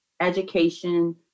education